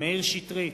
מאיר שטרית,